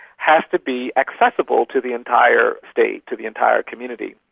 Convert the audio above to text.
has to be accessible to the entire state, to the entire community.